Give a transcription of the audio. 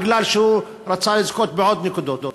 בגלל שהוא רצה לזכות בעוד נקודות.